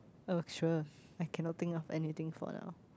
oh sure I cannot think of anything for now